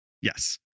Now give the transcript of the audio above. Yes